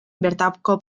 bertako